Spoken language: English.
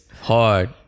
hard